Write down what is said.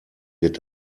wird